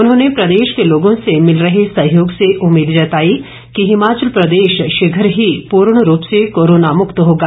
उन्होंने प्रदेश के लोगों से मिल रहे सहयोग से उम्मीद जताई कि हिमाचल प्रदेश शीघ ही पूर्ण रूप से कोरोना मुक्त होगा